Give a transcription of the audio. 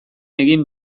egin